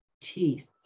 teeth